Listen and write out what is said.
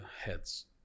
heads